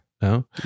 No